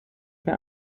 mehr